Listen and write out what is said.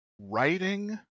writing